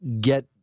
get –